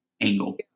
angle